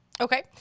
Okay